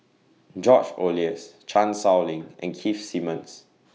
George Oehlers Chan Sow Lin and Keith Simmons